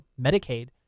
Medicaid